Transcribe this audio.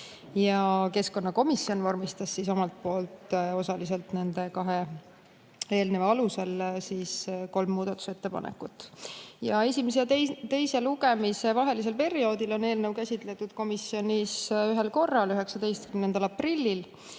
Keskkonnakomisjon vormistas omalt poolt osaliselt nende kahe ettepaneku alusel kolm muudatusettepanekut. Esimese ja teise lugemise vahelisel perioodil on eelnõu käsitletud komisjonis ühel korral, 19. aprillil.